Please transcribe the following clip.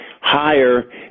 higher